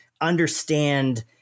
understand